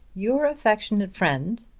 your affectionate friend,